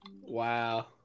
Wow